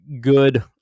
good